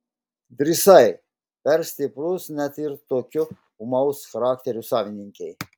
drįsai per stiprus net ir tokio ūmaus charakterio savininkei